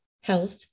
health